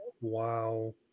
Wow